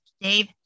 Dave